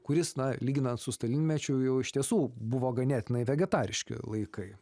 kuris na lyginant su stalinečiu jau iš tiesų buvo ganėtinai vegetariški laikai